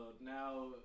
now